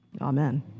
Amen